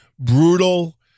Brutal